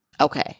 Okay